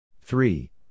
Three